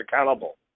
accountable